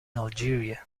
algeria